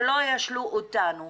שלא ישלו אותנו,